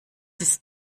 ist